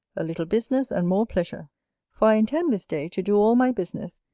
a little business and more pleasure for i intend this day to do all my business,